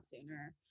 sooner